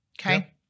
Okay